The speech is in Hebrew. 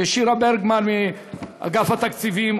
לשירה ברגמן מאגף התקציבים,